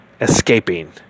escaping